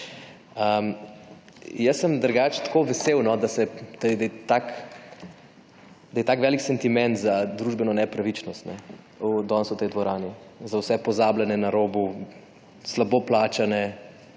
Jaz sem drugače tako vesel, da je tak velik sentiment za družbeno nepravičnost danes v tej dvorani za vse pozabljene na robu, slabo plačane,